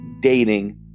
dating